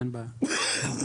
אין בעיה.